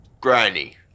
Granny